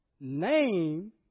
name